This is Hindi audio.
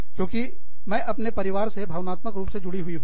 क्योंकि मैं अपने परिवार से भावनात्मक रूप से जुड़ी हुई हूँ